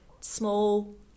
small